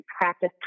practice